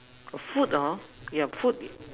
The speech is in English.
food orh yeah food